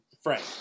Frank